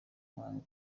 muhango